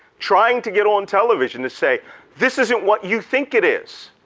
trying to get on television to say this isn't what you think it is.